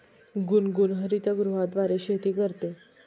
गुनगुन हरितगृहाद्वारे शेती करते